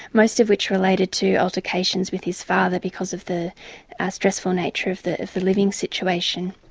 most of which related to altercations with his father because of the ah stressful nature of the living situation.